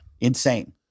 Insane